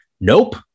Nope